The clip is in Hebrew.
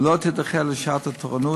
ולא תידחה לשעת התורנות,